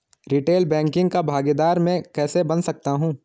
Retail banking का भागीदार मैं कैसे बन सकता हूँ?